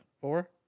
Four